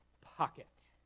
pocket